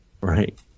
right